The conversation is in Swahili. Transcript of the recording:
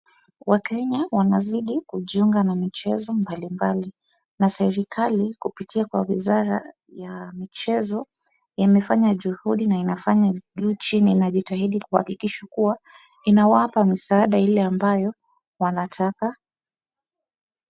Wakenya wanazidi kujiunga na michezo mbalimbali. Na serikali kupitia vijana ya michezo imefanya juhudi na inafanya juu chini , inajitahidi kuhakikisha kwamba inawapa msaada ile ambao wanataka